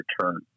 return